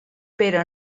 però